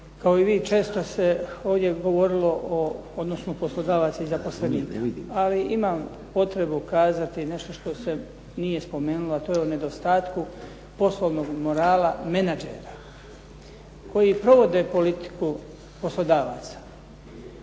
kao i vi, često se ovdje govorilo o odnosu poslodavaca i zaposlenika, ali imam potrebu kazati nešto što se nije spomenulo, a to je o nedostatku poslovnog morala menadžera koji provode politiku poslodavaca.